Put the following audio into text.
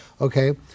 okay